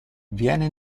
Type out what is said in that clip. viene